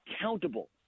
accountable